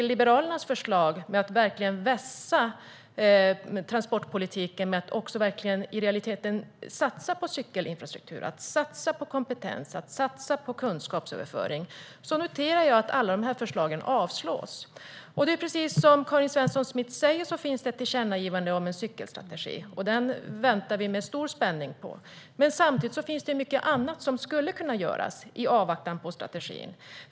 Liberalernas förslag är att verkligen vässa transportpolitiken och att i realiteten satsa på cykelinfrastruktur, kompetens och kunskapsöverföring, men jag noterar att alla dessa förslag avslås. Som Karin Svensson Smith säger finns det ett tillkännagivande om en cykelstrategi, och den väntar vi med stor spänning på. Men samtidigt finns det mycket annat som skulle kunna göras i avvaktan på strategin.